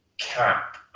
cap